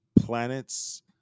planets